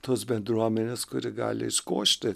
tos bendruomenės kuri gali iškošti